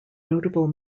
notable